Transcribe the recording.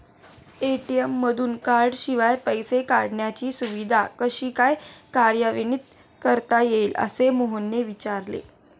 ATM मधून कार्डशिवाय पैसे काढण्याची सुविधा कशी काय कार्यान्वित करता येईल, असे मोहनने विचारले